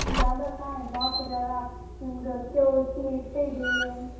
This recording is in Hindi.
ज़्यादा कहाँ हैं बहुत ज़्यादा आप घर के हो इस लिए इतने ही दे रहे हैं